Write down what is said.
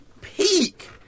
Peak